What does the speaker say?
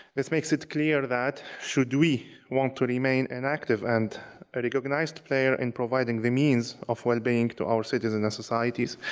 this makes it clear that, should we want to remain an active and a recognized player in providing the means of well-being to our citizens in our societies,